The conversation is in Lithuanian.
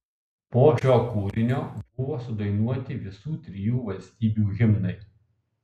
po šio kūrinio buvo sudainuoti visų trijų valstybių himnai